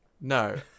No